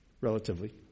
Relatively